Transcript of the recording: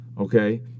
Okay